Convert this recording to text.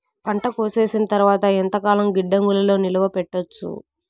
పంట కోసేసిన తర్వాత ఎంతకాలం గిడ్డంగులలో నిలువ పెట్టొచ్చు?